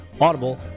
Audible